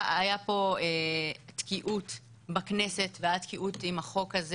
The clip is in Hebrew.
היה פה תקיעות בכנסת והיה תקיעות עם החוק הזה